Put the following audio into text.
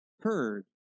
heard